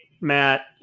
Matt